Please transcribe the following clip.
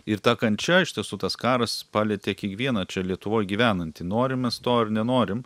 ir ta kančia iš tiesų tas karas palietė kiekvieną čia lietuvoj gyvenantį norim mes to ar nenorim